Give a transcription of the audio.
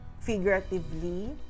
figuratively